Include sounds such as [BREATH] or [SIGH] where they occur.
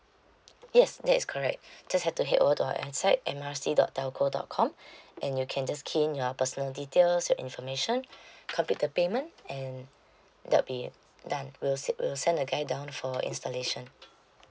yes that is correct [BREATH] just had to head over to our website M R C dot telco dot com [BREATH] and you can just key in your personal details your information [BREATH] complete the payment and that will be done we'll si~ we'll send a guy down for installation